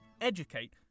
educate